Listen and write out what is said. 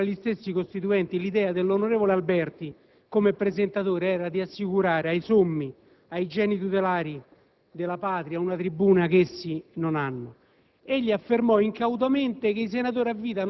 È pur vero, signor Presidente, che tra gli stessi Costituenti l'idea dell'onorevole Alberti come presentatore era di assicurare ai sommi, ai geni tutelari della Patria, una tribuna che essi non avevano.